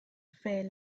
fair